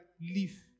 leave